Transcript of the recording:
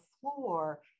floor